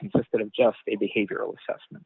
consisted of just a behavioral assessment